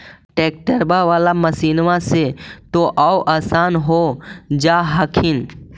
ट्रैक्टरबा बाला मसिन्मा से तो औ भी आसन हो जा हखिन?